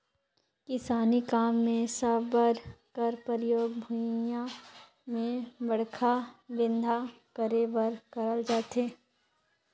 किसानी काम मे साबर कर परियोग भुईया मे बड़खा बेंधा करे बर करल जाथे